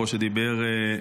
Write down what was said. שדיבר פה,